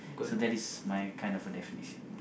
so that is my kind of a definition